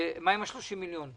מה עם ה-30 מיליון שקל.